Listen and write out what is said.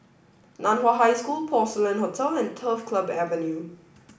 Nan Hua High School Porcelain Hotel and Turf Club Avenue